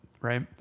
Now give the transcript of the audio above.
right